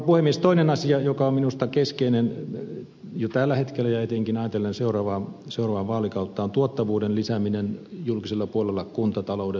toinen asia joka on minusta keskeinen jo tällä hetkellä ja etenkin ajatellen seuraavaa vaalikautta on tuottavuuden lisääminen julkisella puolella ja kuntataloudessa